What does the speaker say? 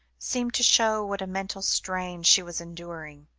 seemed to show what a mental strain she was enduring.